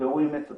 והוא אימץ אותה.